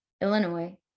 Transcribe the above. Illinois